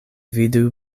vidu